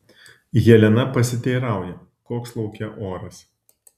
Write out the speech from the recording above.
helena pasiteirauja koks lauke oras